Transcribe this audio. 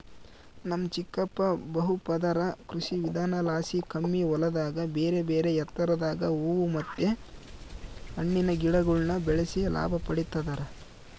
ನಮ್ ಚಿಕ್ಕಪ್ಪ ಬಹುಪದರ ಕೃಷಿವಿಧಾನಲಾಸಿ ಕಮ್ಮಿ ಹೊಲದಾಗ ಬೇರೆಬೇರೆ ಎತ್ತರದಾಗ ಹೂವು ಮತ್ತೆ ಹಣ್ಣಿನ ಗಿಡಗುಳ್ನ ಬೆಳೆಸಿ ಲಾಭ ಪಡಿತದರ